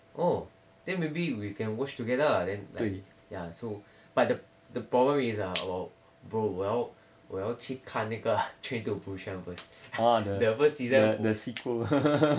oh then maybe we can watch together lah then like ya so but the the problem is uh 我 bro 我要我要去看那个 train to busan first the first season